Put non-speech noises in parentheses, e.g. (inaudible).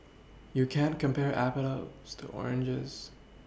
you can't compare (unintelligible) to oranges